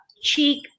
cheek